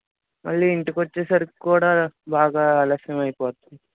మళ్ళీ ఇంటికి వచ్చేసరికి కూడా బాగా ఆలస్యం అయిపోతుంది